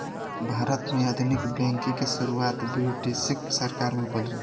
भारत में आधुनिक बैंकिंग के शुरुआत ब्रिटिस सरकार में भइल रहे